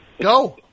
Go